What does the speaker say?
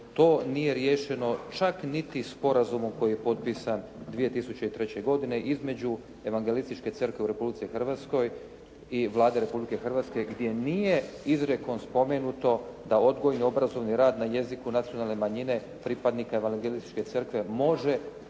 to nije riješeno čak niti Sporazumom koji je potpisan 2003. godine između Evangelističke crkve u Republici Hrvatskoj i Vlade Republike Hrvatske gdje nije izrijekom spomenuto da odgojno-obrazovni rad na jeziku nacionalne manjine pripadnika Evangelističke crkve može